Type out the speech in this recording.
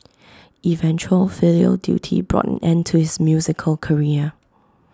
eventual filial duty brought an end to his musical career